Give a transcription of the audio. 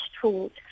tools